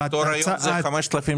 הפטור היום הוא 5,700?